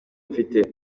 mfite